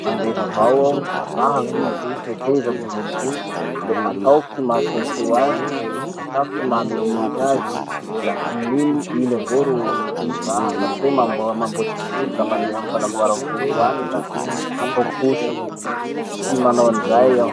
mandeha avao aho, tapahako i, hetezako voloko o, le ataoko ty mahasoasoa azy, atako ty mahametimety azy, la amin'iny, iny avao ro raha fa tsy mam- mamboatry volo la mandeha amy fanamboara volo any la atao koso. Tsy manao anizay aho.